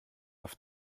auf